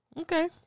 Okay